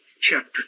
chapter